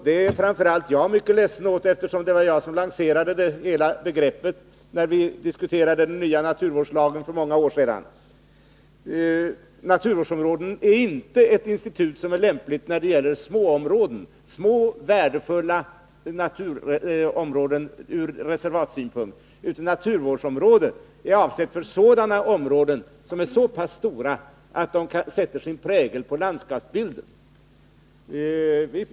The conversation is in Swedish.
Det är framför allt jag mycket ledsen för, eftersom det var jag som lanserade hela begreppet när vi diskuterade den nya naturvårdslagen för många år sedan. Naturvårdsområde är inte ett lämpligt institut när det gäller små områden, som är värdefulla ur reservatsynpunkt. Naturvårdsområde är intressant för områden som är så pass stora att de sätter sin prägel på landskapsbilden.